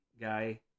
guy